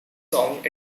song